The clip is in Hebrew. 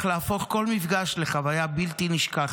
להפוך כל מפגש לחוויה בלתי נשכחת.